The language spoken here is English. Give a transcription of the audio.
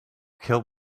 kill